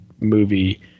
movie